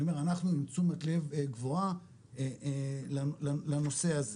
אני אומר אנחנו עם תשומת לב גבוהה לנושא הזה.